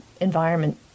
environment